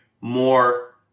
more